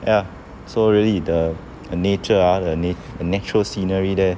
ya so really the the nature ah the na~ natural scenery there